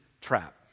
trap